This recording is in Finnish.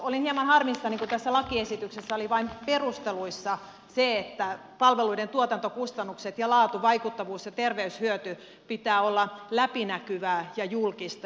olen hieman harmissani kun tässä lakiesityksessä oli vain perusteluissa se että palveluiden tuotantokustannusten ja laatuvaikuttavuuden ja terveyshyödyn pitää olla läpinäkyviä ja julkisia